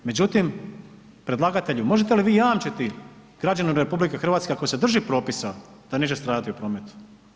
Međutim, predlagatelju, možete li vi jamčiti građanu RH ako se drži propisa da neće stradati u prometu?